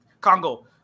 Congo